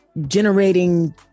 generating